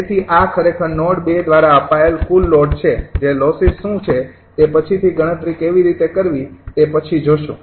તેથી આ ખરેખર નોડ ૨ દ્વારા અપાયેલ કુલ લોડ છે જે લોસીસ શું છે તે પછીથી ગણતરી કેવી રીતે કરવી તે પછી જોશું